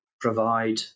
provide